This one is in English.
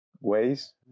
ways